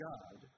God